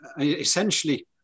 Essentially